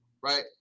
right